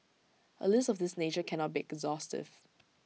A list of this nature cannot be exhaustive